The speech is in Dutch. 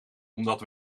omdat